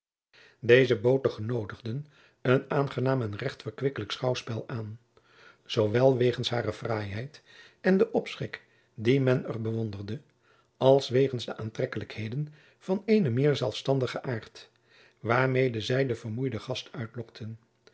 bood den genoodigden een aangenaam en recht verkwikkelijk schouwspel aan zoowel wegens hare fraaiheid en den opschik dien men er bewonderde als wegens de aantrekkelijkheden van eenen meer zelfstandigen aart waarmede zij den vermoeiden gast uitlokten